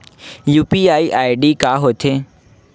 UPI ID का होथे?